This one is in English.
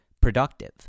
productive